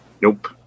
Nope